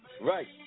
Right